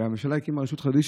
הממשלה הקימה רשות חרדית,